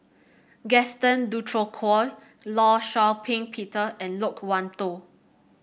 Gaston Dutronquoy Law Shau Ping Peter and Loke Wan Tho